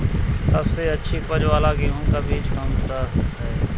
सबसे अच्छी उपज वाला गेहूँ का बीज कौन सा है?